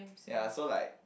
ya so like